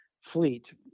fleet